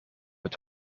het